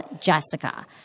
Jessica